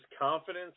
confidence